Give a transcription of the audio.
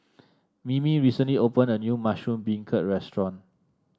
Mimi recently opened a new Mushroom Beancurd restaurant